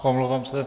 Omlouvám se.